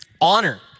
honor